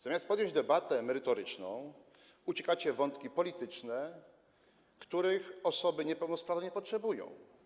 Zamiast podjąć debatę merytoryczną uciekacie w wątki polityczne, których osoby niepełnosprawne nie potrzebują.